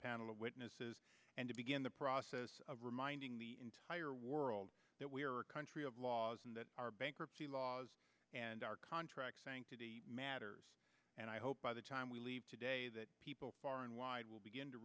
panel of witnesses and to begin the process of reminding the entire world that we are a country of laws and that our bankruptcy laws and our contract matters and i hope by the time we leave today that people far and wide will begin to